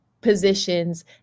positions